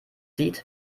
sieht